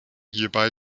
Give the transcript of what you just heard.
hierbei